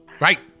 Right